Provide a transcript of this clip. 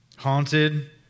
Haunted